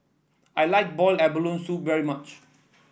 I like boil abalone soup very much